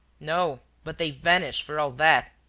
no but they vanish for all that.